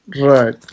Right